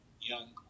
young